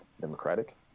democratic